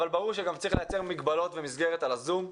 אבל ברור שגם צריך לייצר מגבלות ומסגרת על הזום.